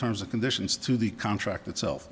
terms and conditions to the contract itself